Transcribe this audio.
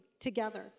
together